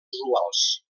usuals